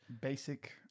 basic